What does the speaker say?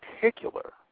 particular